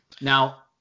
Now—